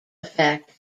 effect